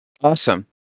awesome